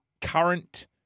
current